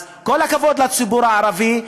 אז כל הכבוד לציבור הערבי,